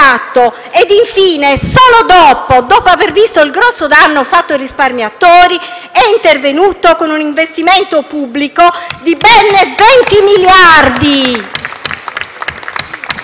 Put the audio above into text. e infine, solo dopo aver visto il grosso danno fatto ai risparmiatori, è intervenuto con un investimento pubblico di ben 20 miliardi